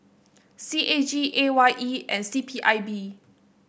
C A G A Y E and C P I B